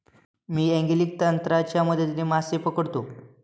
मी angling तंत्राच्या मदतीने मासे पकडतो